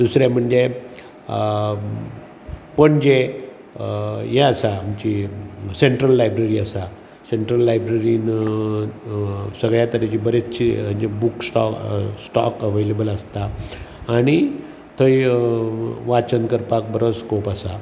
दुसरें म्हणजे पणजे ये आसा आमची सेंट्रल लायब्ररी आसा सेंट्रल लायब्ररीन सगळ्या तरेची बरीचशी बूक स्टोक स्टोक अवेलेबल आसता आनी थंय वाचन करपाक बरो स्कोप आसा